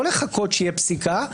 לא לחכות שתהיה פסיקה,